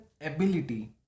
ability